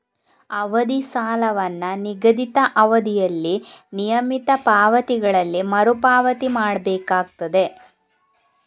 ಅವಧಿ ಸಾಲವನ್ನ ನಿಗದಿತ ಅವಧಿಯಲ್ಲಿ ನಿಯಮಿತ ಪಾವತಿಗಳಲ್ಲಿ ಮರು ಪಾವತಿ ಮಾಡ್ಬೇಕಾಗ್ತದೆ